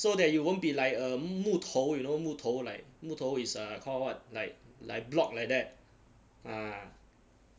so that you won't be like a 木头 you know 木头 like 木头 is err called what like like block like that ah